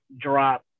drop